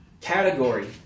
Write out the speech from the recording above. category